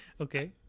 Okay